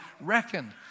reckoned